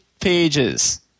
pages